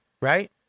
Right